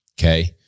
Okay